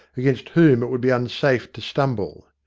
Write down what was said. against whom it would be unsafe to stumble.